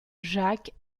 jacques